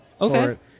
Okay